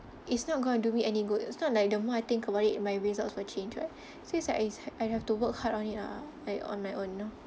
it's not gonna do me any good it's not like the more I think about it my results will change right so it's like I I have to work hard on it ah like on my own you know